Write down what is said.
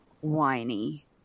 whiny